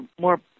more